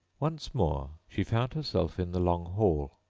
once more she found herself in the long hall,